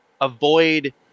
avoid